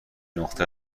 نقطه